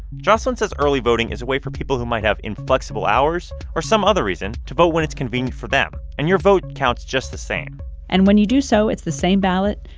jocelyn says early voting is a way for people who might have inflexible hours or some other reason to vote when it's convenient for them, and your vote counts just the same and when you do so, it's the same ballot.